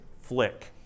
flick